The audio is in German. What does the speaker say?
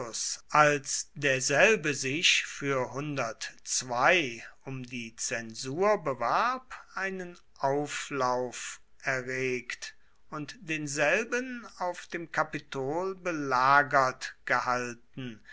als derselbe sich für um die zensur bewarb einen auflauf erregt und denselben auf dem kapitol belagert gehalten